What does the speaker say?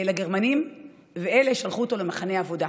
לגרמנים, ואלה שלחו אותו למחנה עבודה.